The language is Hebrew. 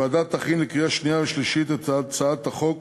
הוועדה תכין לקריאה שנייה ושלישית את הצעת חוק